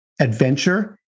adventure